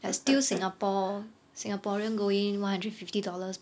but still singapore singaporean go in one hundred and fifty dollars